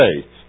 faith